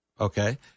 Okay